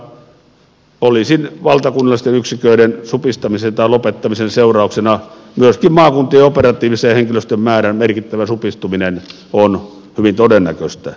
toisaalta poliisin valtakunnallisten yksiköiden supistamisen tai lopettamisen seurauksena myöskin maakuntien operatiivisen henkilöstön määrän merkittävä supistuminen on hyvin todennäköistä